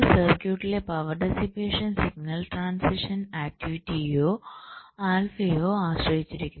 ഒരു സർക്യൂട്ടിലെ power dissipation signal transition ആക്ടിവിറ്റിയെയോ ആൽഫയെയോ ആശ്രയിച്ചിരിക്കുന്നു